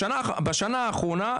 בשנה האחרונה,